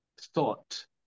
thought